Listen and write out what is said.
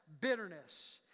bitterness